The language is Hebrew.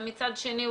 ומצד שני,